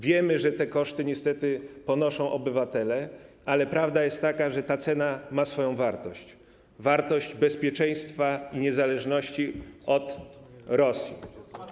wiemy, że te koszty niestety ponoszą obywatele, ale prawda jest taka, że ta cena ma swoją wartość, wartość bezpieczeństwa i niezależności od Rosji.